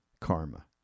karma